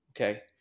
okay